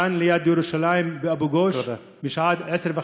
כאן, ליד ירושלים, באבו גוש, בשעה 10:30,